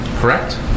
correct